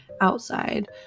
outside